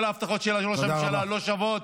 כל ההבטחות של ראש הממשלה לא שוות.